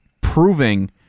proving